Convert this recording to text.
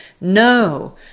No